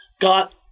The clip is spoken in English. got